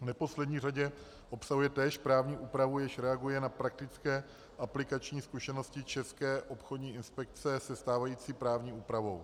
V neposlední řadě obsahuje též právní úpravu, jež reaguje na praktické aplikační zkušenosti České obchodní inspekce se stávající právní úpravou.